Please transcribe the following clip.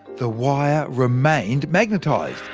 the wire remained magnetised.